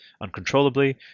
uncontrollably